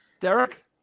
Derek